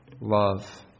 love